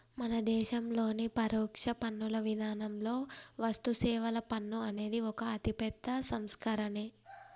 మన దేశంలోని పరోక్ష పన్నుల విధానంలో వస్తుసేవల పన్ను అనేది ఒక అతిపెద్ద సంస్కరనే